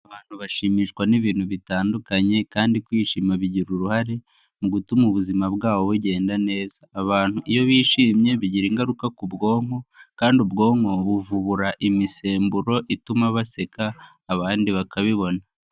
Abantu bashimishwa n'ibintu bitandukanye kandi kwishima bigira uruhare mu gutuma ubuzima bwabo bugenda neza. Abantu iyo bishimye bigira ingaruka ku bwonko kandi ubwonko buvubura imisemburo ituma baseka abandi bakabibona.